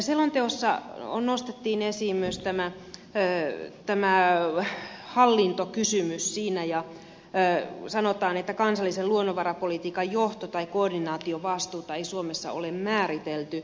selonteossa nostettiin esiin myös tämä hallintokysymys ja sanotaan että kansallisen luonnonvarapolitiikan johto tai koordinaatiovastuuta ei suomessa ole määritelty